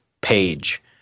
page